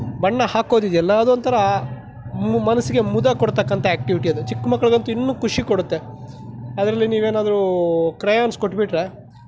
ಬಣ್ಣ ಹಾಕೋದು ಇದೆಯಲ್ಲ ಅದು ಒಂಥರ ಮನಸ್ಸಿಗೆ ಮುದಕೊಡ್ತಕ್ಕಂಥ ಆಕ್ಟಿವಿಟಿ ಅದು ಚಿಕ್ಕ ಮಕ್ಕಳಿಗೆ ಅಂತೂ ಇನ್ನೂ ಖುಷಿ ಕೊಡುತ್ತೆ ಅದರಲ್ಲಿ ನೀವು ಏನಾದ್ರೂ ಕ್ರಯನ್ಸ್ ಕೊಟ್ಬಿಟ್ರೆ